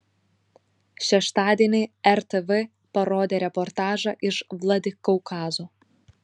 šeštadienį rtv parodė reportažą iš vladikaukazo